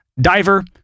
Diver